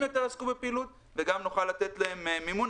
יעסקו יותר בפעילות וגם נוכל לתת להם מימון.